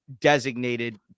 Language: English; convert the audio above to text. designated